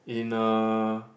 in a